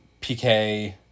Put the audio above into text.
pk